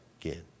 again